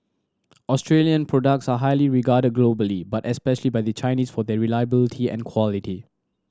Australian products are highly regarded globally but especially by the Chinese for their reliability and quality